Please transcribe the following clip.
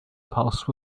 pulse